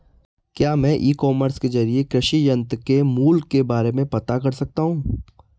क्या मैं e commerce के ज़रिए कृषि यंत्र के मूल्य के बारे में पता कर सकता हूँ?